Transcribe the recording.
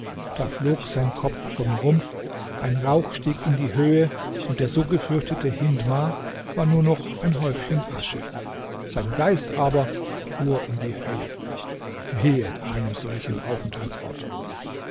da flog sein kopf vom rumpf ein rauch stieg in die höhe und der so gefürchtete hindmar war nur noch ein häufchen asche sein geist aber fuhr in die hölle wehe einem solchen